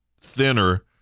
thinner